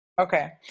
Okay